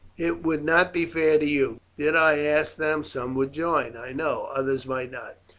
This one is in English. it would not be fair to you. did i ask them some would join, i know, others might not.